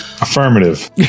Affirmative